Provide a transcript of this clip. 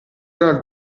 dal